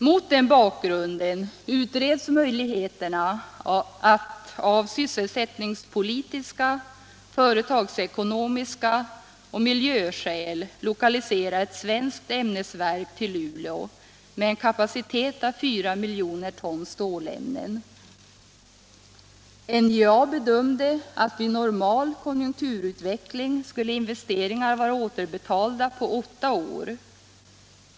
Mot den bakgrunden utreds möjligheten att av sysselsättningspolitiska, företagsekonomiska och miljöskäl lokalisera ett svenskt ämnesverk till Luleå, med en kapacitet av 4 miljoner ton stålämnen. NJA bedömde att vid normal konjunkturutveckling skulle investeringarna vara återbetalda på åtta år.